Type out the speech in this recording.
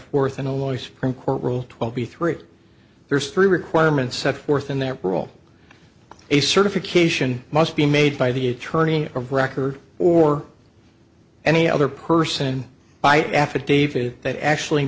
worth in a lawyer supreme court rule twenty three there's three requirements set forth in that rule a certification must be made by the attorney of record or any other person by affidavit that actually